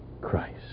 Christ